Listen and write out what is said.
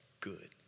Good